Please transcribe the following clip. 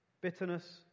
Bitterness